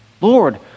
Lord